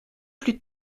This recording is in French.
plus